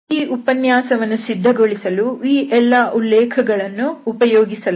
ಈ ಉಪನ್ಯಾಸವನ್ನು ಸಿದ್ಧಗೊಳಿಸಲು ಈ ಎಲ್ಲಾ ಉಲ್ಲೇಖಗಳನ್ನು ಉಪಯೋಗಿಸಲಾಗಿದೆ